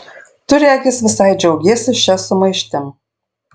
tu regis visai džiaugiesi šia sumaištim